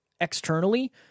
externally